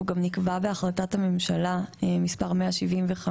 והוא גם נקבע בהחלטת הממשלה מס' 175,